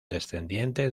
descendiente